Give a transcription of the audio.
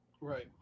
Right